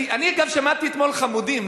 אני, אגב, שמעתי אתמול "חמודים".